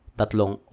tatlong